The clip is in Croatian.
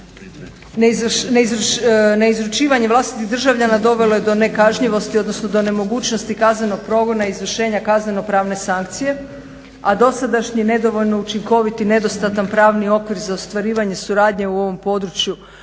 Neizručivanje vlastitih državljana dovelo je do nekažnjivosti odnosno do nemogućnosti kaznenog progona izvršenja kazneno pravne sankcije a dosadašnje nedovoljno učinkoviti, nedostatan pravni okvir za ostvarivanje suradnje u ovom području